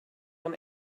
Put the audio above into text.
man